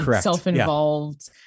self-involved